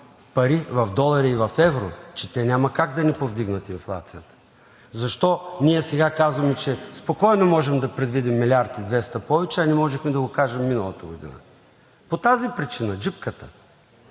пари в долари и в евро, че те няма как да не повдигнат инфлацията. Защо ние сега казваме, че спокойно можем да предвидим милиард и двеста повече, а не можехме да го кажем миналата година? По тази причина – „джипката“.